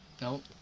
Nope